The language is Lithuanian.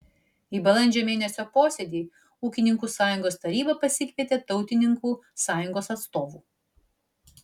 į balandžio mėnesio posėdį ūkininkų sąjungos taryba pasikvietė tautininkų sąjungos atstovų